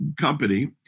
company